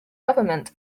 government